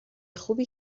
خوبی